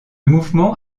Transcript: mouvement